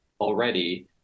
already